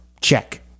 Check